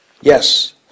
yes